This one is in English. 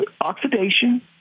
oxidation